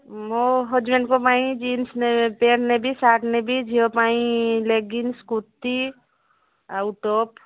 ମୋ ହଜବ୍ୟାଣ୍ଡଙ୍କ ପାଇଁ ଜିନ୍ସ ପ୍ୟାଣ୍ଟ ନେବି ସାର୍ଟ ନେବି ଝିଅ ପାଇଁ ଲେଗିନ୍ସ କୁର୍ତ୍ତୀ ଆଉ ଟପ୍